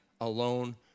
alone